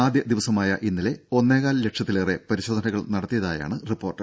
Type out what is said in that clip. ആദ്യ ദിവസമായ ഇന്നലെ ഒന്നേകാൽ ലക്ഷത്തിലേറെ പരിശോധനകൾ നടത്തിയതായാണ് റിപ്പോർട്ട്